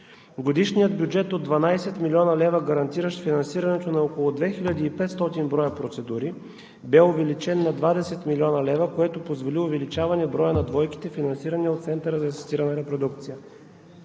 Годишният бюджет от 12 млн. лв., гарантиращ финансирането на около 2500 броя процедури, бе увеличен на 20 млн. лв., което позволи увеличаване броя на двойките, финансирани от Центъра за асистирана репродукция.